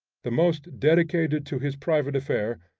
the most dedicated to his private affair,